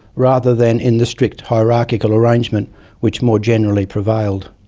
rather than in the strict hierarchical arrangement which more generally prevailed.